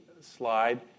slide